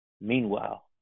Meanwhile